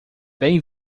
bem